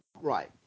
Right